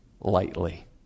lightly